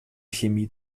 chemie